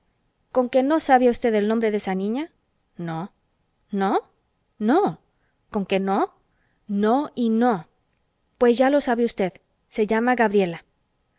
conque no sabía usted el nombre de esa niña no no no conque no no y no pues ya lo sabe usted se llama gabriela